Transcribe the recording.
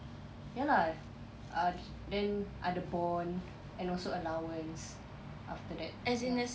ya lah ah then ada bond and also allowance after that ya